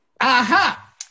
Aha